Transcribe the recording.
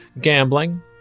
gambling